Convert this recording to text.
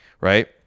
right